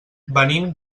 venim